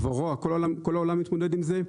הוורואה, כל העולם מתמודד עם זה.